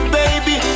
baby